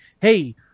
hey